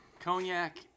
Cognac